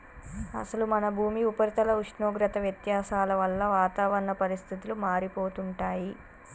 అసలు మన భూమి ఉపరితల ఉష్ణోగ్రత వ్యత్యాసాల వల్ల వాతావరణ పరిస్థితులు మారిపోతుంటాయి